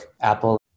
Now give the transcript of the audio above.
Apple